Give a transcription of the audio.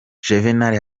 juvénal